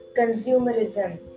consumerism